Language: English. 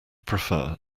prefer